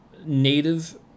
native